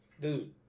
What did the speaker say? Dude